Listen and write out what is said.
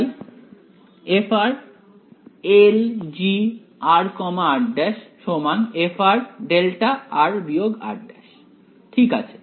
তাই fLgr r′ fδr r′ ঠিক আছে